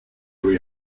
voy